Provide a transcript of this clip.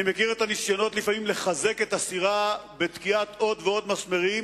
אני מכיר את הניסיונות לחזק את הסירה בתקיעת עוד ועוד מסמרים,